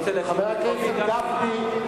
חבר הכנסת גפני,